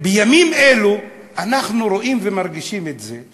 בימים אלו אנחנו רואים ומרגישים את זה,